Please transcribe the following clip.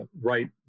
right